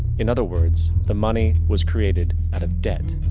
in other words, the money was created out of debt.